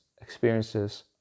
experiences